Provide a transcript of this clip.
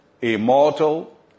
immortal